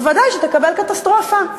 ודאי שתקבל קטסטרופה.